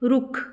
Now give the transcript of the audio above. ਰੁੱਖ